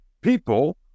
people